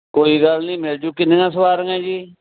ਕੋਈ ਗੱਲ ਨਹੀਂ ਮਿਲਜੂ ਕਿੰਨੀਆਂ ਸਵਾਰੀਆਂ ਜੀ